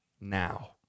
now